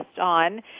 on